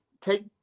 take